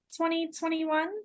2021